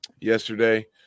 yesterday